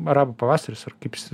arabų pavasaris ar kaip jis ten